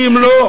כי אם לא,